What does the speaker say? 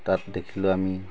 তাত দেখিলোঁ আমি